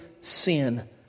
sin